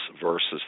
versus